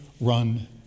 run